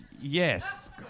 Yes